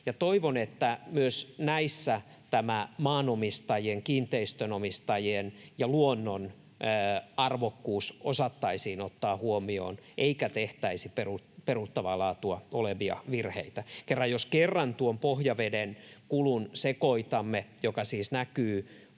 toivon, että myös näissä tämä maanomistajien, kiinteistönomistajien ja luonnon arvokkuus osattaisiin ottaa huomioon eikä tehtäisi perustavaa laatua olevia virheitä. Jos kerran tuon pohjaveden kulun sekoitamme, mikä siis näkyy